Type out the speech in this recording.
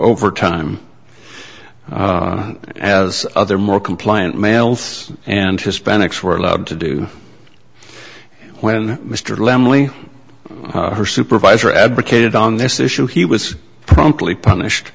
overtime as other more compliant males and hispanics were allowed to do when mr lemley her supervisor advocated on this issue he was promptly punished